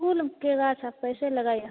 फूल उपकेगा सब कैसे लगाइए